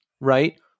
right